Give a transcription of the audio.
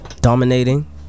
Dominating